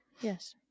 yes